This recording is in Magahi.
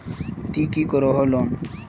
ती की करोहो लोन?